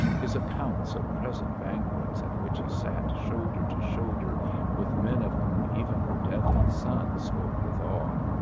his accounts of present banquets at which he sat shoulder to shoulder with men of whom even burdett and sons spoke with awe,